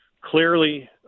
clearly